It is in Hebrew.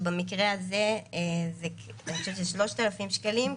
שבמקרה הזה אני חושבת שזה 3,000 שקלים,